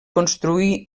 construir